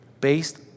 based